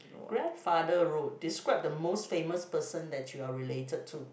grandfather road describes the most famous person that you are related to